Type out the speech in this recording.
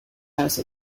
house